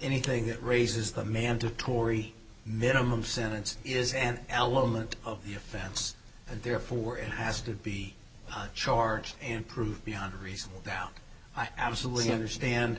anything that raises the mandatory minimum sentence is an element of the offense and therefore it has to be charged and proved beyond a reasonable doubt i absolutely understand